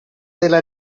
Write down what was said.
della